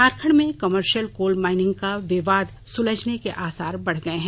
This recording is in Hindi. झारखण्ड में कमर्शियल कोल माइनिंग का विवाद सुलझने के आसार बढ़ गये हैं